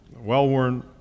well-worn